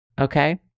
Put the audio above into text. okay